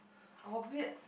of it